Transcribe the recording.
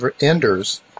Enders